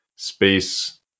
Space